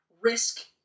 risk